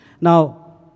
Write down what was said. Now